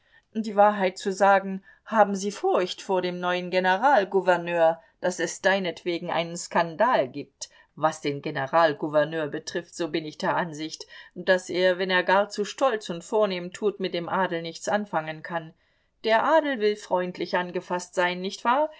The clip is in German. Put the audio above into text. die wahrheit zu sagen haben sie furcht vor dem neuen generalgouverneur daß es deinetwegen einen skandal gibt was den generalgouverneur betrifft so bin ich der ansicht daß er wenn er gar zu stolz und zu vornehm tut mit dem adel nichts anfangen kann der adel will freundlich angefaßt sein nicht wahr